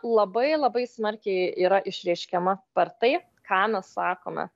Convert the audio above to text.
labai labai smarkiai yra išreiškiama per tai ką mes sakome